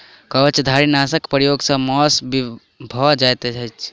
कवचधारीनाशक प्रयोग सॅ मौस विषाक्त भ जाइत छै